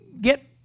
get